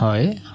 হয়